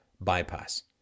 bypass